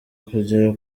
kugera